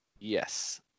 Yes